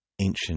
ancient